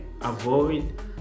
Avoid